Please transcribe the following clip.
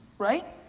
right?